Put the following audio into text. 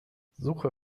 suche